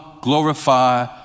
glorify